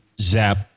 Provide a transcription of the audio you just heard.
zap